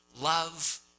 love